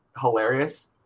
hilarious